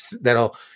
that'll